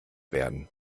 werden